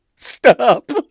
Stop